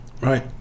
Right